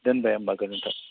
दोनबाय होनबा गोजोनथों